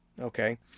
Okay